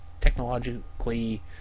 technologically